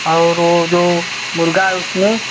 और वह जो मुर्गा है उसमें